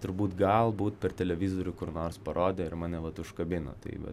turbūt galbūt per televizorių kur nors parodė ir mane vat užkabino tai va